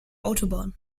autobahn